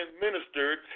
ministered